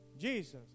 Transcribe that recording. Jesus